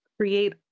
create